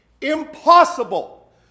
impossible